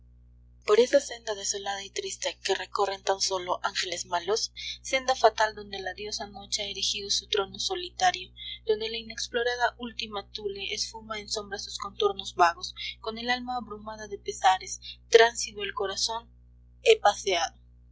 por esa senda desolada y triste que recorren tan sólo ángeles malos senda fatal donde la diosa noche ha erigido su trono solitario donde la inexplorada última thule esfuma en sombras sus contornos vagos con el alma abrumada de pesares transido el corazón he paseado